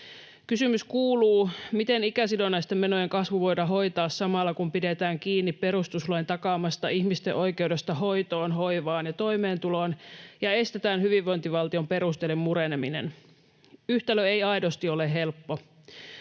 Kysymys kuuluu, miten ikäsidonnaisten menojen kasvu voida hoitaa samalla, kun pidetään kiinni perustuslain takaamasta ihmisten oikeudesta hoitoon, hoivaan ja toimeentuloon ja estetään hyvinvointivaltion perusteiden mureneminen. Yhtälö ei aidosti ole helppo.